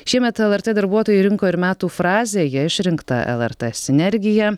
šiemet lrt darbuotojai rinko ir metų frazę ja išrinkta lrt sinergija